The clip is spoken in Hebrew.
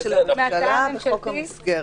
של חוק המסגרת,